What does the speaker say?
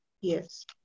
yes